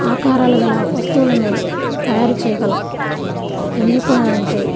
ఆకారాలు గల వస్తువులను తయారు చేయగలం ఎందుకు అని అంటే